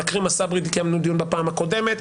על אכרם א-סברי קיימנו דיון בפעם הקודמת,